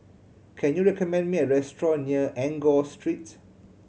can you recommend me a restaurant near Enggor Street